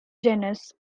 genus